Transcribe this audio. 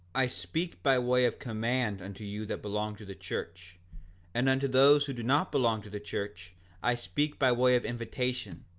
i speak by way of command unto you that belong to the church and unto those who do not belong to the church i speak by way of invitation,